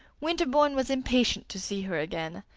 winterbourne was impatient to see her again,